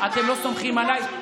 אתם לא סומכים עליי,